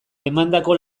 emandako